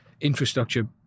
infrastructure